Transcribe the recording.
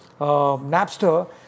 Napster